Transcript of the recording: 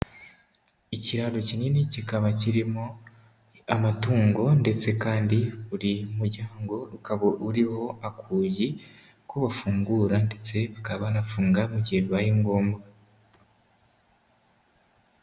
Ikiraro kinini, kikaba kirimo amatungo ndetse kandi buri muryango ukaba uriho akugi ko bafungura ndetse bakaba banafunga mu gihe bibaye ngombwa.